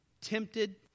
tempted